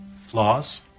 Flaws